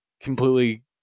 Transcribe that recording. completely